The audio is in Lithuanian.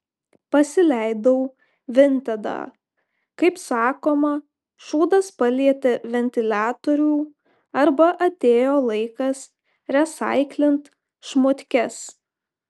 pasileidau vintedą kaip sakoma šūdas palietė ventiliatorių arba atėjo laikas resaiklint šmutkes